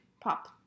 Pop